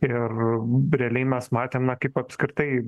ir realiai mes matėme kaip apskritai